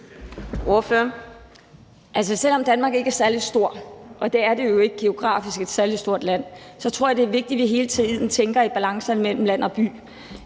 selv om Danmark ikke er særlig stort, og det er jo geografisk ikke et særlig stort land, så tror jeg, at det er vigtigt, at vi hele tiden tænker i balancer mellem land og by.